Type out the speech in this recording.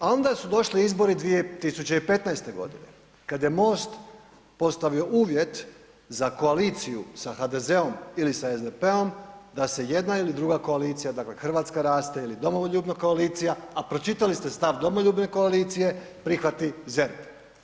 A onda su došli izbori 2015. g. kad je MOST postavio uvjet za koaliciju sa HDZ-om ili sa SDP-om da se jedna ili druga koalicija, dakle Hrvatska raste ili Domoljubna koalicija, a pročitali ste stav Domoljubne koalicije, prihvati ZERP.